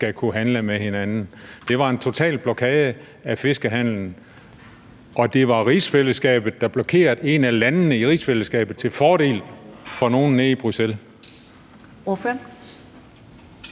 skal kunne handle med hinanden. Det var en total blokade af fiskehandelen, og det var et af landene i rigsfællesskabet, der blokerede til fordel for nogen nede i Bruxelles.